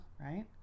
right